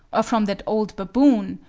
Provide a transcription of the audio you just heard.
or from that old baboon,